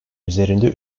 üzerinde